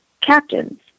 captains